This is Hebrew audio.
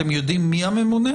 לגבי אבטחת המידע